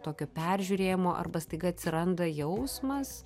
tokio peržiūrėjimo arba staiga atsiranda jausmas